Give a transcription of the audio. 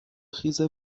خیز